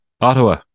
ottawa